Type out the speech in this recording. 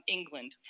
England